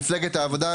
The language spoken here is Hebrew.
מפלגת העבודה,